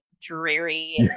dreary